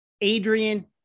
Adrian